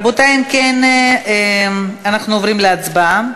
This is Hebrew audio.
רבותי, אם כן, אנחנו עוברים להצבעה.